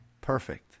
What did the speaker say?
Perfect